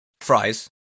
Fries